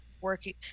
working